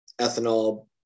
ethanol